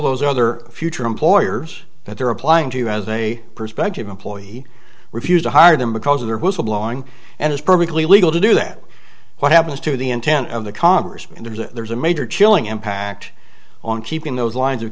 those other future employers that they're applying to you as a prospective employee refuse to hire them because of their whistle blowing and it's perfectly legal to do that what happens to the intent of the congress and there's a major chilling impact on keeping those lines of